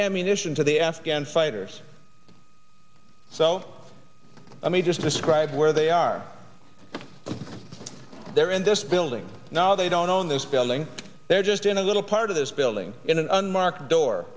ammunition to the afghans anders so let me just describe where they are they're in this building now they don't own this building they're just in a little part of this building in an unmarked door